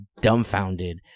dumbfounded